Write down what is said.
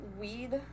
Weed